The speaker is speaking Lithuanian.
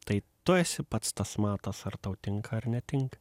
tai tu esi pats tas matas ar tau tinka ar netinka